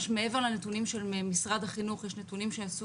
מעבר לנתונים של משרד החינוך יש נתונים שנעשו